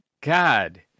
god